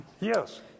Yes